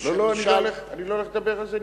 כאשר נשאל, לא לא, אני לא הולך לדבר על זה.